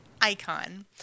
Icon